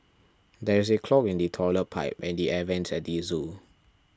there is a clog in the Toilet Pipe and the Air Vents at the zoo